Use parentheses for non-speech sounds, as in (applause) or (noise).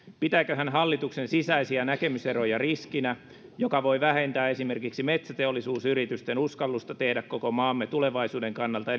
pitääkö hän hallituksen sisäisiä näkemyseroja riskinä joka voi vähentää esimerkiksi metsäteollisuusyritysten uskallusta tehdä koko maamme tulevaisuuden kannalta (unintelligible)